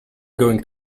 going